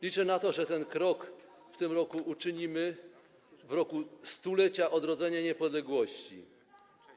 Liczę na to, że ten krok w tym roku uczynimy, w roku 100-lecia odrodzenia niepodległości.